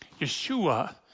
Yeshua